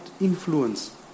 influence